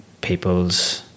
people's